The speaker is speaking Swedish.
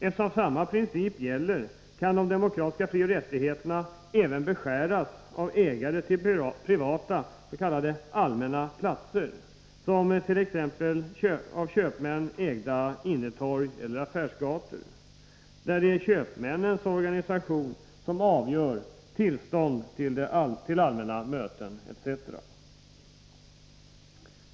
Enligt samma princip kan de demokratiska frioch rättigheterna beskäras även av ägare till privata s.k. allmänna platser, som t.ex. av köpmän ägda ”innetorg” eller affärsgator, där det är köpmännens organisation som avgör om tillstånd skall beviljas till allmänna möten etc.